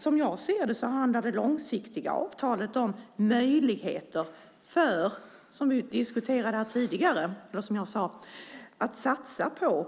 Som jag ser det handlar det långsiktiga avtalet om möjligheter att satsa på